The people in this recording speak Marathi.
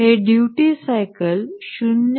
हे ड्युटी सायकल 0